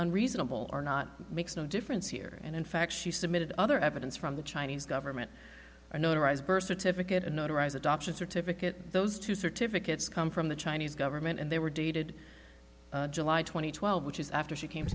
and reasonable are not makes no difference here and in fact she submitted other evidence from the chinese government or notarized birth certificate and notarize adoption certificate those two certificates come from the chinese government and they were dated july two thousand and twelve which is after she came